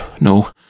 no